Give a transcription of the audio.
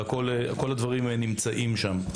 כל הדברים נמצאים שם.